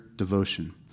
devotion